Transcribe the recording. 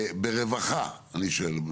ברווחה אני שואל,